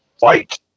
fight